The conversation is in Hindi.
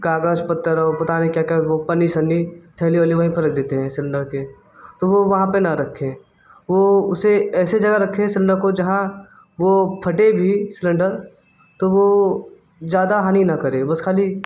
कागज़ पत्तर और पता नहीं क्या क्या वह पन्नी सन्नी थैली वैली वहीं पर रख देते हैं सिलेंडर के तो वो वहाँ पर न रखें वह उसे ऐसे जगह रखें सिलेंडर को जहाँ वह फटे भी सिलेंडर तो वह ज़्यादा हानि न करे बस खाली